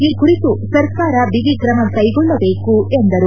ಈ ಕುರಿತು ಸರ್ಕಾರ ಬಿಗಿ ತ್ರಮ ಕೈಗೊಳ್ಳಬೇಕು ಎಂದರು